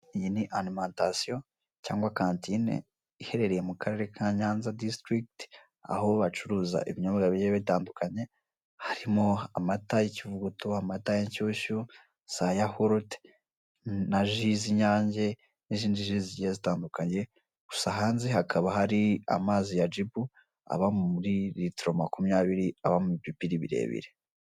Iyi ni arimantasiyo cyangwa kantine, iherereye mu karere ka Nyanza disitirigiti, aho bacuruza ibinyobwa bigiye bigiye bitandukanye, harimo amata y'ikivuguto, amata y'inshyushyu, za yahurute na jus z'inyange n'izindi jus zigiye zitandukanye; gusa hanze hakaba hari amazi ya Jibu aba muri ritiro makumyabiri, aba mu bipipiri birebire.